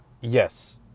Yes